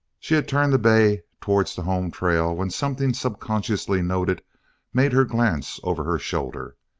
she had turned the bay towards the home-trail when something subconsciously noted made her glance over her shoulder.